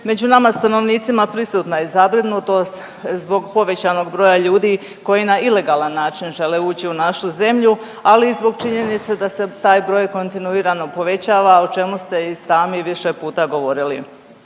Među nama stanovnicima prisutna je zabrinutost zbog povećanog broja ljudi koji na ilegalan način žele ući u našu zemlju, ali i zbog činjenice da se taj broj kontinuirano povećava, o čemu ste i sami više puta govorili.